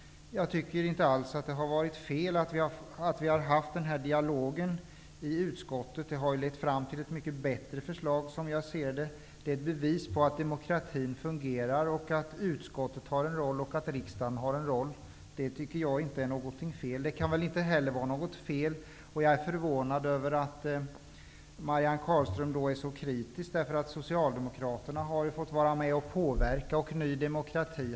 Jag tycker inte alls att det var fel att vi hade en dialog i utskottet. Det har lett fram till ett mycket bättre förslag, som jag ser det. Det är ett bevis på att demokratin fungerar och på att utskottet och riksdagen har en roll. Det är inte något fel. Jag är förvånad över att Marianne Carlström är så kritisk, när Socialdemokraterna har fått vara med och påverka, liksom Ny demokrati.